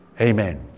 amen